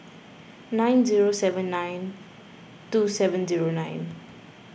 nine zero seven nine two seven zero nine